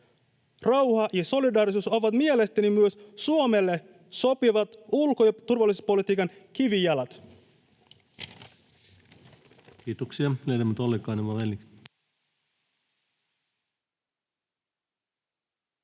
Rauha ja solidaarisuus ovat mielestäni myös Suomelle sopivat ulko- ja turvallisuuspolitiikan kivijalat. [Speech